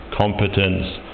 competence